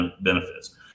benefits